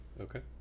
okay